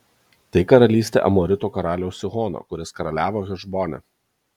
tai karalystė amoritų karaliaus sihono kuris karaliavo hešbone